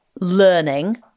learning